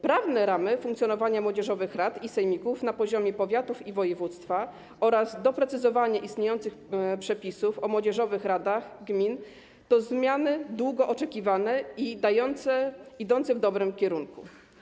Prawne ramy funkcjonowania młodzieżowych rad i sejmików na poziomach powiatowym i wojewódzkim oraz doprecyzowanie istniejących przepisów o młodzieżowych radach gmin to zmiany długo oczekiwane i idące w dobrym kierunku.